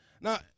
Now